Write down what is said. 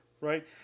right